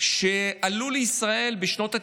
אני אקרא להם "אזרחים ותיקים"